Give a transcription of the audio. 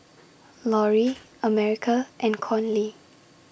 Loree America and Conley